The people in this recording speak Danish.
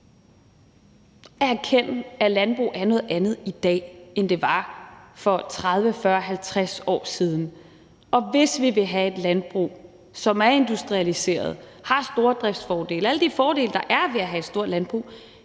at erkende, at landbrug er noget andet i dag, end det var for 30, 40, 50 år siden, og hvis vi vil have et landbrug, som er industrialiseret, har stordriftsfordele, alle de fordele, der er, ved at have et stort landbrug,